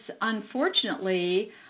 unfortunately